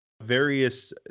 various